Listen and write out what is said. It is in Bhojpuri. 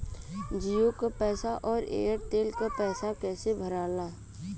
जीओ का पैसा और एयर तेलका पैसा कैसे भराला?